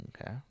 Okay